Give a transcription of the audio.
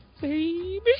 Baby